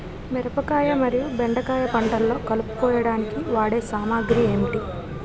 మిరపకాయ మరియు బెండకాయ పంటలో కలుపు కోయడానికి వాడే సామాగ్రి ఏమిటి?